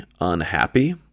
unhappy